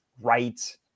right